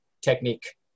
technique